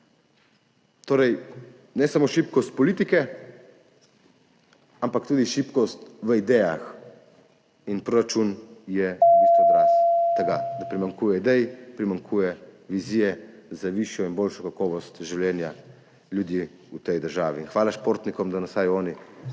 Torej ne samo šibkost politike, ampak tudi šibkost v idejah. In proračun je v bistvu odraz tega, da primanjkuje idej, primanjkuje vizije za višjo in boljšo kakovost življenja ljudi v tej državi. Hvala športnikom, da nas vsaj oni s